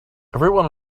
everyone